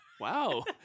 Wow